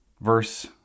Verse